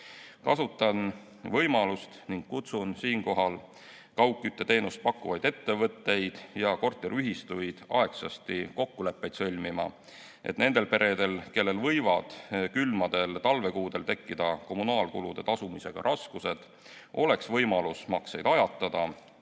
võimalust ja kutsun siinkohal üles kaugkütteteenust pakkuvaid ettevõtteid ja korteriühistuid aegsasti kokkuleppeid sõlmima, et nendel peredel, kellel võivad külmadel talvekuudel tekkida kommunaalkulude tasumisega raskused, oleks võimalus makseid ajatada